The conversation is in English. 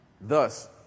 Thus